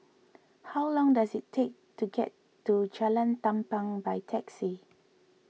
how long does it take to get to Jalan Tampang by taxi